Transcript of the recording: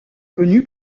connue